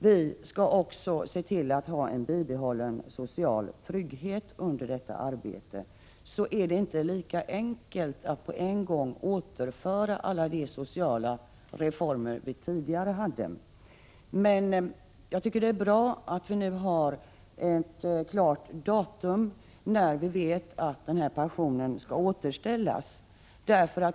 Vi skall också se till att en social trygghet bibehålls under denna period. Då är det inte lika enkelt att på en gång återställa alla de sociala reformer som vi genomfört. Jag tycker emellertid att det är bra att det nu klart har angivits ett datum för när den här pensionen skall återställas.